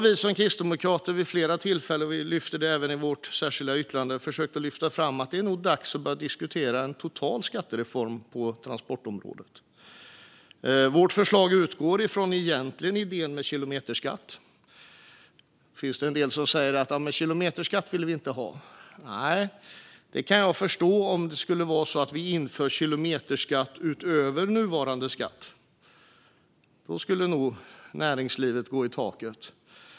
Vi kristdemokrater har vid flera tillfällen försökt att lyfta fram, och vi lyfter också fram det i vårt särskilda yttrande, att det nog är dags att börja diskutera en total skattereform på transportområdet. Vårt förslag utgår egentligen ifrån idén med kilometerskatt. Det finns en del som säger: Kilometerskatt vill vi inte ha. Det kan jag förstå om det skulle vara så att vi inför kilometerskatt utöver nuvarande skatt. Då skulle nog näringslivet gå i taket.